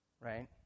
right